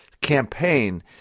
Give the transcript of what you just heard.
campaign